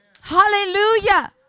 hallelujah